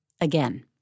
Again